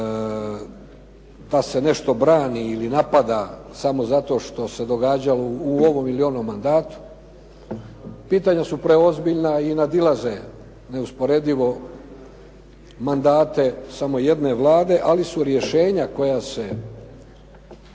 da se nešto brani ili napada samo zato što se događalo u ovom ili onom mandatu. Pitanja su preozbiljna i nadilaze neusporedivo mandate samo jedne Vlade, ali su rješenja koja se,